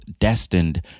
destined